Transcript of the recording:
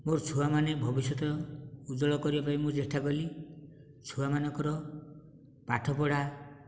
ମୋର ଛୁଆ ମାନେ ଭବିଷ୍ୟତ ଉଜ୍ବଳ କରିବା ପାଇଁ ମୁଁ ଚେଷ୍ଟା କଲି ଛୁଆ ମାନଙ୍କର ପାଠ ପଢ଼ା